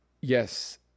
yes